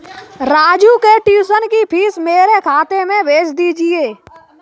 राजू के ट्यूशन की फीस मेरे खाते में भेज दीजिए